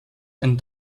ein